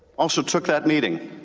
also took that meeting.